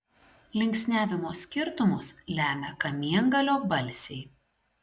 linksniavimo skirtumus lemia kamiengalio balsiai